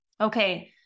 Okay